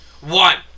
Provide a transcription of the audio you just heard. One